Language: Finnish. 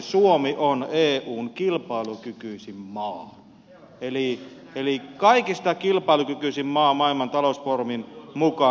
suomi on eun kilpailukykyisin maa eli kaikista kilpailukykyisin maa maailman talousfoorumin mukaan